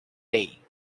day